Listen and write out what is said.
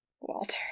Walter